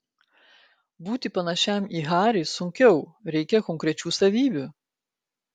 būti panašiam į harį sunkiau reikia konkrečių savybių